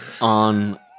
on